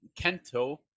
Kento